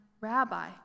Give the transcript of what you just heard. Rabbi